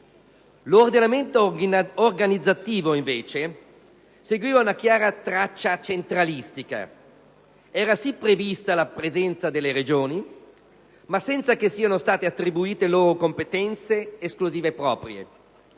L'ordinamento organizzativo, invece, seguiva una chiara traccia centralistica: era sì prevista la presenza delle Regioni, ma senza che fossero loro attribuite competenze esclusive proprie.